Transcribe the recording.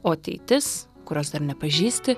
o ateitis kurios dar nepažįsti